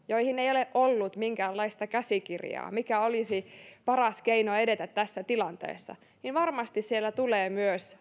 joihin ei ole ollut minkäänlaista käsikirjaa mikä olisi paras keino edetä tässä tilanteessa niin varmasti siellä tulee myös